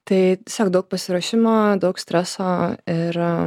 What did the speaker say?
tai tiesiog daug pasiruošimo daug streso ir